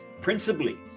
principally